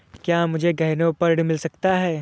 क्या मुझे गहनों पर ऋण मिल सकता है?